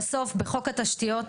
בסוף, בחוק התשתיות,